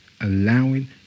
Allowing